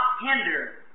hinder